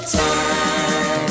time